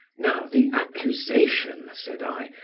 now the accusation, said i,